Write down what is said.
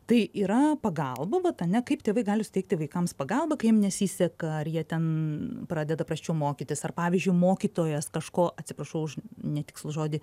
tai yra pagalba vat ane kaip tėvai gali suteikti vaikams pagalbą kai jiem nesiseka ar jie ten pradeda prasčiau mokytis ar pavyzdžiui mokytojas kažko atsiprašau už netikslų žodį